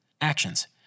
Actions